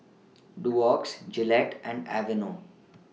Doux Gillette and Aveeno